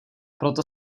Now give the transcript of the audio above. proto